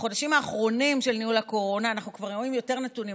בחודשים האחרונים של ניהול הקורונה אנחנו כבר רואים יותר נתונים.